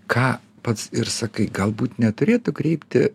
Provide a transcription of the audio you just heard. ką pats ir sakai galbūt neturėtų kreipti